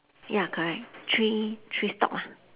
ya correct three three stalk lah